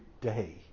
day